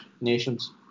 nations